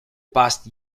past